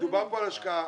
דובר פה על השקעה